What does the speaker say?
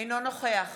אינו נוכח